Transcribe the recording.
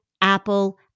Apple